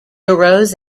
arose